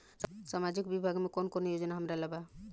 सामाजिक विभाग मे कौन कौन योजना हमरा ला बा?